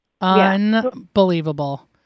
Unbelievable